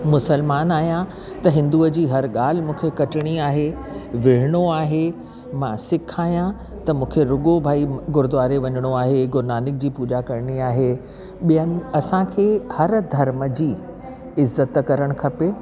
मुस्लमान आहियां त हिंदूअ जी हर ॻाल्हि मूंखे कटिणी आहे विड़िणो आहे मां सिख आहियां त मूंखे रुगो भाई गुरुद्वारे वञिणो आहे गुरुनानक जी पूजा करणी आहे ॿियनि असांखे हर धर्म जी इज़तु करणु खपे